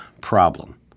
Problem